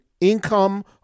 income